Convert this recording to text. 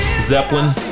Zeppelin